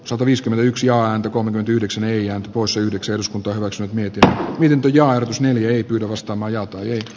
sataviisikymmentäyksi ääntä kohden yhdeksän ei jää pois yhdeksi eduskunta hyväksyi mietitään lintuja jos ne nykyrunosta maja y